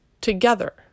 together